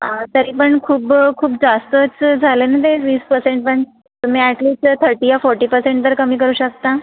तरी पण खूप खूप जास्तच झाले ना ते वीस परसेंट पण तुम्ही ॲट लीस्ट थर्टी या फोर्टी परसेंट तर कमी करू शकता